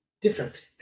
Different